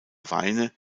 weine